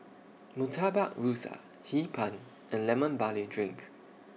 Murtabak Rusa Hee Pan and Lemon Barley Drink